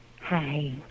Hi